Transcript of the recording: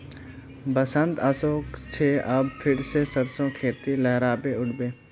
बसंत ओशो छे अब फिर से सरसो खेती लहराबे उठ बे